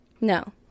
no